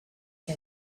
que